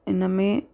इनमें